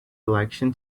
election